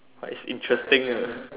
but it's interesting